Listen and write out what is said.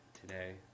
today